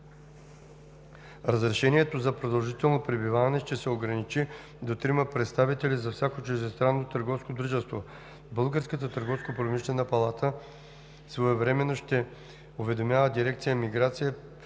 Разрешението за продължително пребиваване ще се ограничи до трима представители за всяко чуждестранно търговско дружество. Българската търговско-промишлена палата своевременно ще уведомява дирекция „Миграция“